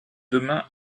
demain